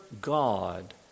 God